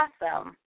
Awesome